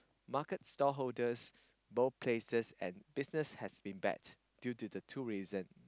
market stall holders both places and business has been bad due to the two reason